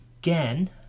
again